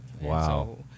Wow